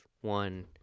one